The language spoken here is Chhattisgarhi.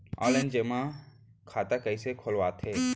ऑनलाइन जेमा खाता कइसे खोलवाथे?